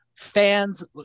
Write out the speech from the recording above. fans